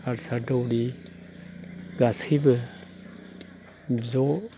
हारसा दौरि गासैबो ज'